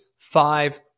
Five